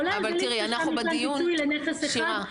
כולל --- פיצוי לנכס אחד,